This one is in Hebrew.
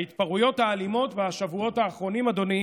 ההתפרעויות האלימות בשבועות האחרונים, אדוני,